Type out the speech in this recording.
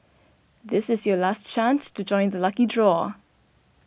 this is your last chance to join the lucky draw